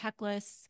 checklists